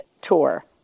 tour